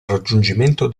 raggiungimento